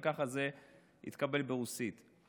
וככה זה התקבל ברוסית.